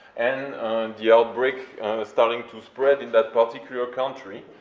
and the outbreak starting to spread in that particular country,